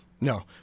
No